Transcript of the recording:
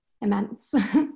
immense